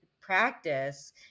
practice